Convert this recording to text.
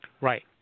Right